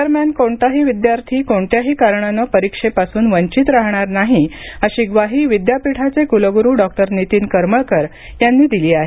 दरम्यान कोणताही विद्यार्थी कोणत्याही कारणाने परीक्षेपासून वंचित राहणार नाही अशी ग्वाही विद्यापीठाचे कुलगुरू डॉक्टर नितीन करमळकर यांनी दिली आहे